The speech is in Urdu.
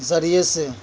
ذریعے سے